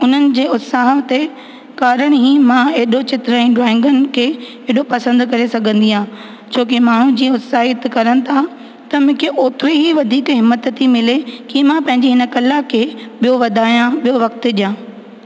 उन्हनि जे उत्साह ते कारण ई मां एॾो चित्र ऐं ड्रॉईंगुनि खे एॾो पसंदि करे सघंदी आहियां छो की माण्हूं जीअं उत्साहित करनि था त मूंखे ओतिरो ई वधीक हिमथ थी मिले की मां पंहिंजी हिन कला खे ॿियो वधायां ॿियो वक़्तु ॾियां